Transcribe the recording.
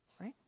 right